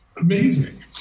amazing